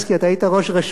אתה היית ראש רשות,